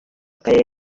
akarere